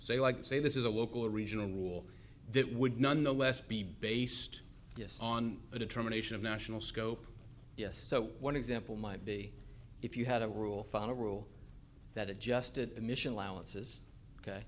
can say this is a local or regional rule that would nonetheless be based on a determination of national scope yes so one example might be if you had a rule found a rule that adjusted emission allowances ok